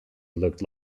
looked